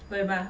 会 mah